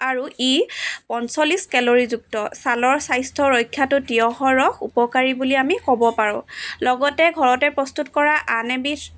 আৰু ই পঞ্চল্লিছ কেলৰিযুক্ত ছালৰ স্বাস্থ্য ৰক্ষাতো তিঁয়হৰ ৰস উপকাৰী বুলি আমি ক'ব পাৰোঁ লগতে ঘৰতে প্ৰস্তুত কৰা আন এবিধ